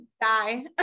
die